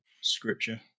scripture